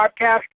podcast